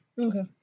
okay